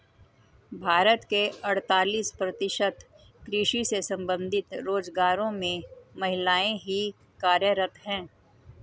भारत के अड़तालीस प्रतिशत कृषि से संबंधित रोजगारों में महिलाएं ही कार्यरत हैं